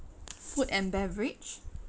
food and beverage